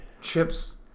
Chips